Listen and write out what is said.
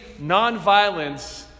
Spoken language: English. nonviolence